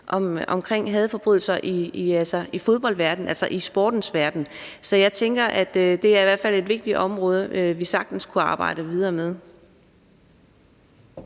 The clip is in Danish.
om hadforbrydelser i fodboldverdenen, altså i sportens verden. Så jeg tænker, at det i hvert fald er et vigtigt område, vi sagtens kunne arbejde videre med.